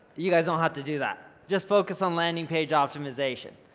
you guys don't have to do that, just focus on landing page optimisation.